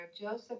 Joseph